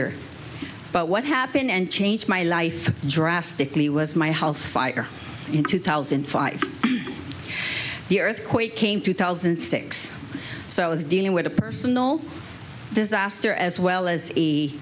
r but what happened and changed my life drastically was my house fire in two thousand and five the earthquake came two thousand and six so i was dealing with a personal disaster as well as a